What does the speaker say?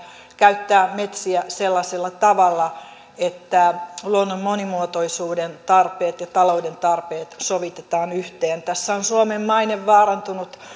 käyttää metsiä sellaisella tavalla että luonnon monimuotoisuuden tarpeet ja talouden tarpeet sovitetaan yhteen tässä on suomen maine vaarantunut